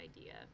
idea